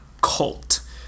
cult